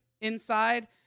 inside